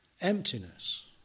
emptiness